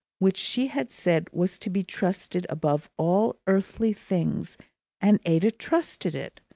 which she had said was to be trusted above all earthly things and ada trusted it.